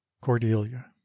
Cordelia